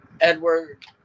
Edward